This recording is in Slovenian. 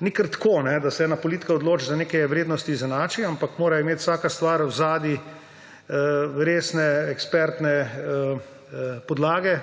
ni kar tako, da se ena politika odloči, da neke vrednosti izenači, ampak mora imeti vsaka stvar zadaj resne ekspertne podlage.